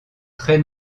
très